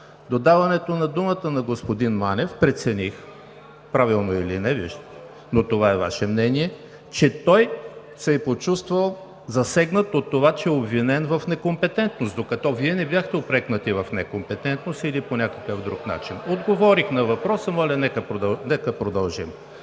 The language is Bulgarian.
до даването на думата на господин Манев, прецених – правилно или не, но това е Ваше мнение, че той се е почувствал засегнат от това, че е обвинен в некомпетентност, докато Вие не бяхте упрекнати в некомпетентност или по някакъв друг начин. (Шум и реплики